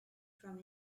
from